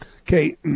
Okay